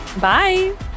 Bye